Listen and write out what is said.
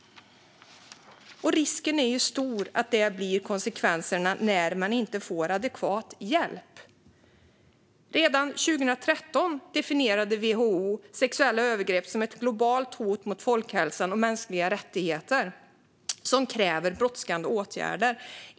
Risken är stor att det blir konsekvenserna när människor inte får adekvat hjälp. Redan 2013 definierade WHO sexuella övergrepp som ett globalt hot mot folkhälsan och mänskliga rättigheter som kräver brådskande åtgärder.